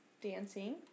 dancing